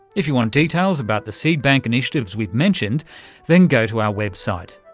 if you want details about the seed bank initiatives we've mentioned then go to our website,